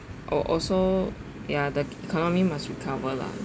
oh also ya the economy must recover lah